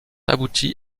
abouti